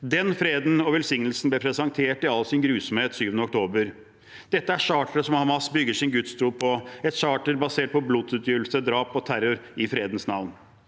Den freden og velsignelsen ble presentert i all sin grusomhet 7. oktober. Dette er charteret som Hamas bygger sin gudstro på, et charter basert på blodsutgytelse, drap og terror i fredens navn.